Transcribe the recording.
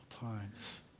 times